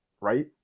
right